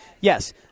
yes